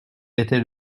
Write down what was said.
était